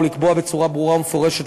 ולקבוע בצורה ברורה ומפורשת,